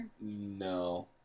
no